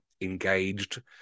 engaged